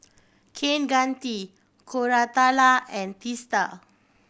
Kaneganti Koratala and Teesta